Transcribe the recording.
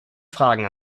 fragen